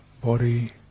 body